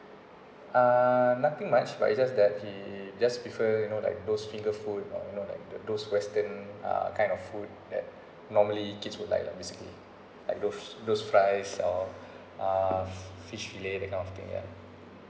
uh nothing much but he just that he just prefer you know like those finger food or you know like the those western uh kind of food that normally kid would like lah basically like those those fries or uh fish fillet that kind of thing ya